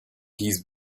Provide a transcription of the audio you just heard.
his